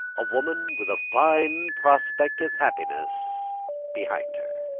a woman with a fine prospect of happiness behind her.